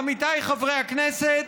עמיתיי חברי הכנסת,